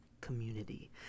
community